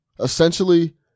essentially